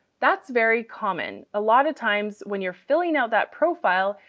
that's very common. a lot of times when you're filling out that profile,